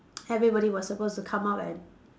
everybody was supposed to come up and